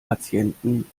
patienten